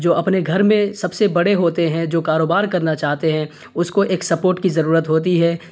جو اپنے گھر میں سب سے بڑے ہوتے ہیں جو کاروبار کرنا چاہتے ہیں اس کو ایک سپوٹ کی ضرورت ہوتی ہے